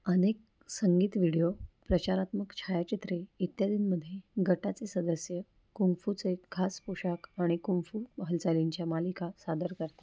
अनेक संगीत व्हिडिओ प्रचारात्मक छायाचित्रे इत्यादींमध्ये गटाचे सदस्य कुंगफूचे खास पोशाख आणि कुंफू हालचालींच्या मालिका सादर करतात